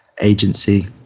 agency